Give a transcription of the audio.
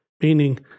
meaning